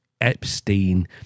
Epstein